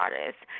artists